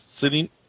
sitting